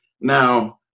Now